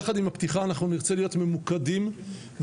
יחד עם הפתיחה אנחנו נרצה להיות ממוקדים ולנסות